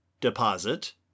deposit